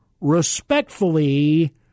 respectfully